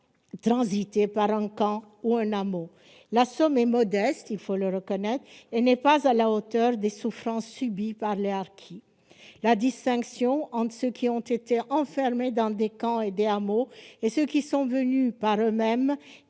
transité par un camp ou un hameau. La somme est modeste, reconnaissons-le, et n'est sans doute pas à la hauteur des souffrances subies par les harkis. La distinction entre ceux qui ont été enfermés dans des camps et des hameaux et ceux qui sont venus par eux-mêmes